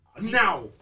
now